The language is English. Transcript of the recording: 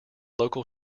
local